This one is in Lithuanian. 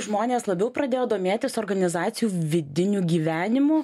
žmonės labiau pradėjo domėtis organizacijų vidiniu gyvenimu